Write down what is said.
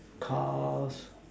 cars